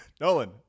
Nolan